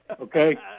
okay